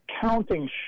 counting